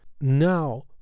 Now